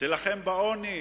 שתילחם בעוני,